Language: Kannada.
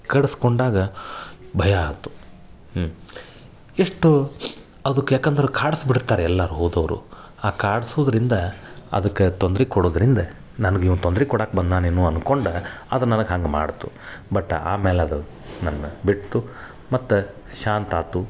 ಕಡಿಸ್ಕೊಂಡಾಗ ಭಯ ಆಯ್ತು ಹ್ಞೂ ಎಷ್ಟು ಅದಕ್ಕೆ ಯಾಕಂದ್ರೆ ಕಾಡಸ್ಬಿಡ್ತಾರೆ ಎಲ್ಲರೂ ಹೋದವರು ಆ ಕಾಡ್ಸೂದರಿಂದ ಅದಕ್ಕೆ ತೊಂದ್ರೆ ಕೊಡೋದರಿಂದ ನನಗೆ ಇವ ತೊಂದ್ರೆ ಕೊಡಕ್ಕೆ ಬಂದಾನೆನೋ ಅನ್ಕೊಂಡು ಅದು ನನ್ಗೆ ಹಂಗೆ ಮಾಡಿತು ಬಟ್ ಆಮೇಲೆ ಅದು ನನ್ನ ಬಿಟ್ಟಿತು ಮತ್ತು ಶಾಂತಾಯ್ತು